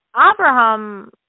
Abraham